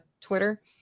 Twitter